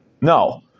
No